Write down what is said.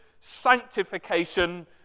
sanctification